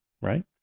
Right